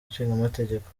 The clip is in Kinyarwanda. nshingamategeko